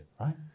Right